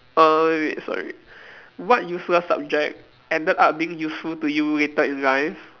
err wait wait sorry what useless subject ended up being useful to you later in life